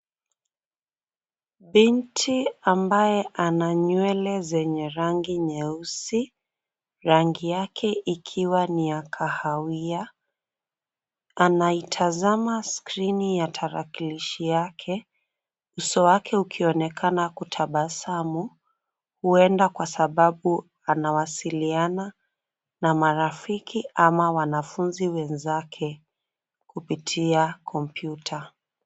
Binti ambaye ana nywele zenye rangi nyeusi. Rangi yake ikiwa ni ya kahawia, anaitazama skrini ya tarakilishi yake, uso wake ukionekana kutabasamu, huenda sababu anawasiliana na marafiki ama wanafunzi wenzake kupitia kompyuta.